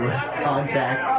contact